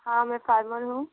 हाँ मैं फार्मर हूँ